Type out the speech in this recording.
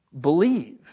believe